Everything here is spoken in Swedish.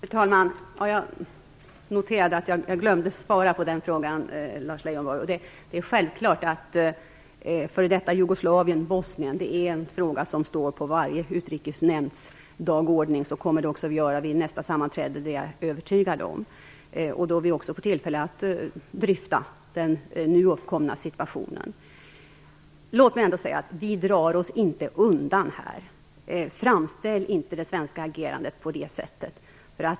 Fru talman! Jag noterade att jag glömde att svara på den frågan, Lars Leijonborg. Det är självklart att frågan om före detta Jugoslavien, Bosnien, står på varje utrikesnämnds dagordning. Så kommer också att vara fallet vid nästa sammanträde. Det är jag övertygad om. Då kommer vi också att få tillfälle att dryfta den nu uppkomna situationen. Låt mig ändå säga att vi inte drar oss undan. Framställ inte det svenska agerandet på det sättet.